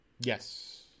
Yes